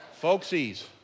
Folksies